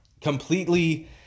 completely